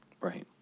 right